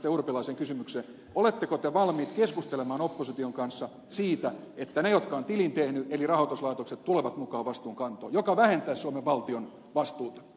urpilaisen kysymykseen oletteko te valmiit keskustelemaan opposition kanssa siitä että ne jotka ovat tilin tehneet eli rahoituslaitokset tulevat mukaan vastuunkantoon joka vähentäisi suomen valtion vastuuta